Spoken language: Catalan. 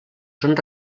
són